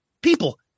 People